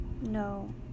no